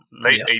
late